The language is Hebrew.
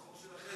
זה חוק שלכם.